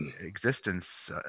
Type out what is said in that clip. existence